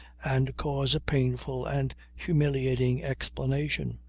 and cause a painful and humiliating explanation.